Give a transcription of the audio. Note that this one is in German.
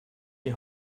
die